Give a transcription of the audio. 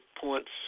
points